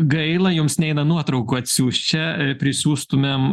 gaila jums neina nuotraukų atsiųs čia prisiųstumėm